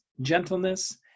gentleness